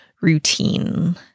routine